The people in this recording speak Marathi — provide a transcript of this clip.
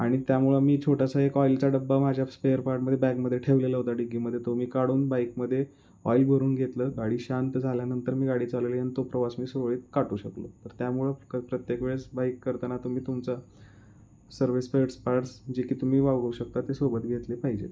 आणि त्यामुळं मी छोटासा एक ऑइलचा डबा माझ्या स्पेर पार्टमध्ये बॅगमध्ये ठेवलेला होता डिकीमध्ये तो मी काढून बाईकमध्ये ऑईल भरून घेतलं गाडी शांत झाल्यानंतर मी गाडी चालवली आणि तो प्रवास मी सुरळीत काटू शकलो तर त्यामुळं क प्रत्येक वेळेस बाईक करताना तुम्ही तुमचा सर्विस स्पेर्टस पार्ट्स जे की तुम्ही वागवू शकता ते सोबत घेतले पाहिजेत